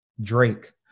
Drake